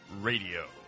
Radio